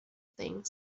thing